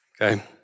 Okay